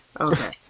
Okay